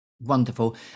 Wonderful